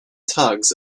tugs